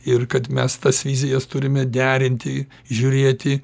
ir kad mes tas vizijas turime derinti žiūrėti